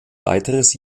weiteres